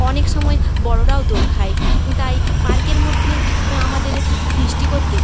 অনেক সময় বড়োরাও দোল খায় তাই পার্কের মধ্যে আমাদের ফিস্ট করতে